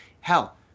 Hell